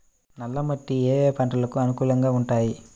నల్ల మట్టి ఏ ఏ పంటలకు అనుకూలంగా ఉంటాయి?